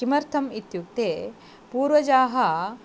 किमर्थम् इत्युक्ते पूर्वजाः